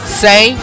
say